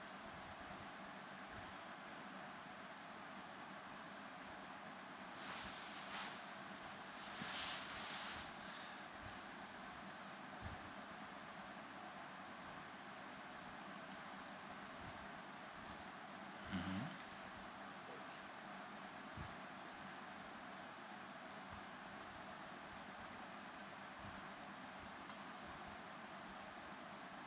mmhmm